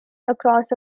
across